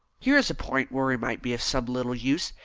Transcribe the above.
here is a point where we might be of some little use.